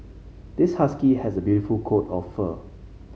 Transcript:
this husky has a beautiful coat of fur